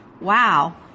wow